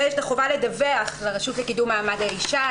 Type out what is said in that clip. יש את החובה לדווח לרשות לקידום מעמד האישה,